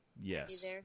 Yes